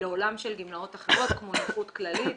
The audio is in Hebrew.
לעולם של גמלאות אחרות כמו נכות כללית